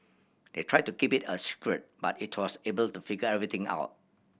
they tried to keep it a secret but it was able to figure everything out